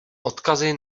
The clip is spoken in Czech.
odkazy